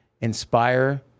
inspire